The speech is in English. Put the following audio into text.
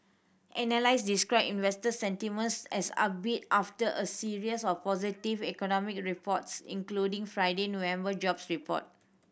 analyst described investor sentiment as upbeat after a series of positive economic reports including Friday November jobs report